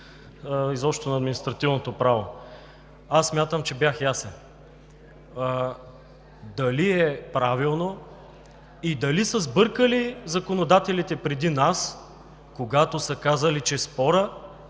изобщо на административното право. Смятам, че бях ясен. А дали е правилно и дали са сбъркали законодателите преди нас, когато са казали, че спорът